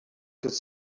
could